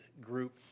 group